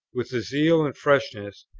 with the zeal and freshness,